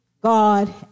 God